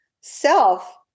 self